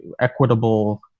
equitable